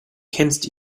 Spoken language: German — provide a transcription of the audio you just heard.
kennst